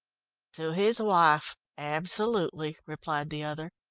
to his wife absolutely, replied the other.